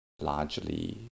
largely